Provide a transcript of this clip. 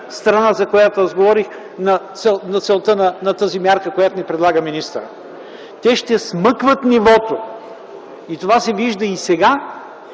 страна, за която говорим, за целта на тази мярка, която предлага министърът. Те ще смъкват нивото. И това се вижда и сега,